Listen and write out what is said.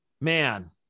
Man